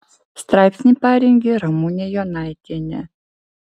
straipsnį parengė ramūnė jonaitienė